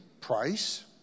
price